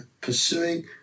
pursuing